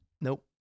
Nope